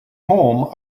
home